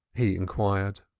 he inquired.